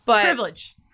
Privilege